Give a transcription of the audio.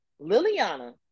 Liliana